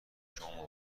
شما